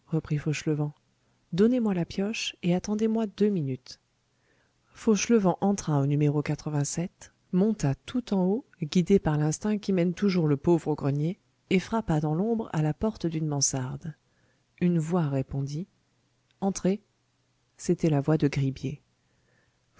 donnez-moi la pioche et attendez-moi deux minutes fauchelevent entra au numéro monta tout en haut guidé par l'instinct qui mène toujours le pauvre au grenier et frappa dans l'ombre à la porte d'une mansarde une voix répondit entrez c'était la voix de